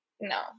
no